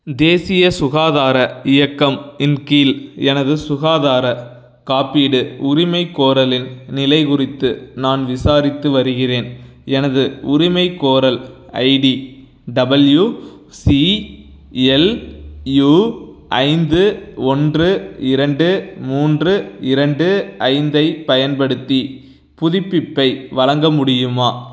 தேசிய சுகாதார இயக்கம் இன் கீழ் எனது சுகாதார காப்பீடு உரிமைக்கோரலின் நிலை குறித்து நான் விசாரித்து வருகிறேன் எனது உரிமைக்கோரல் ID W C L U ஐந்து ஒன்று இரண்டு மூன்று இரண்டு ஐந்து ஐப் பயன்படுத்தி புதுப்பிப்பை வழங்க முடியுமா